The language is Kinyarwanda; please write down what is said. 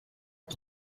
iki